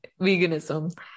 veganism